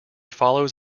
follows